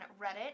reddit